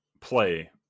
play